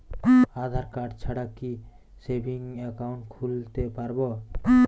আধারকার্ড ছাড়া কি savings account খুলতে পারব?